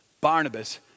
Barnabas